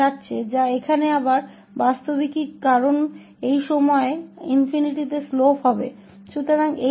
तो यह ∞ पर जा रहा है जो वास्तव में यहाँ फिर से है क्योंकि इस बिंदु पर ढलान ∞ है